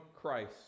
Christ